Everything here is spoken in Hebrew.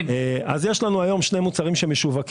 אז יש לנו היום שני מוצרים שמשווקים.